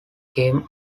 came